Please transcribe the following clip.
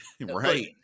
right